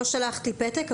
לא שלחת לי פתק,